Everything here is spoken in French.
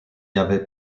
avait